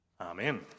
Amen